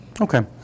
Okay